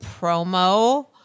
promo